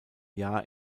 jahr